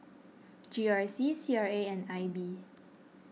G R C C R A and I B